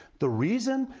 the reason?